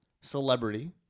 celebrity